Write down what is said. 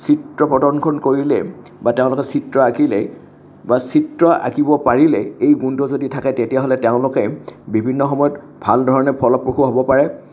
চিত্ৰ প্ৰদৰ্শন কৰিলে বা তেওঁলোকে চিত্ৰ আঁকিলে বা চিত্ৰ আঁকিব পাৰিলে এই গুণটো যদি থাকে তেতিয়াহলে তেওঁলোকে বিভিন্ন সময়ত ভাল ধৰণে ফলপ্ৰসূ হ'ব পাৰে